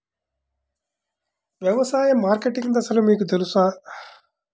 వ్యవసాయ మార్కెటింగ్ దశలు మీకు తెలుసా?